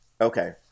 Okay